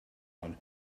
one